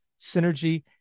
synergy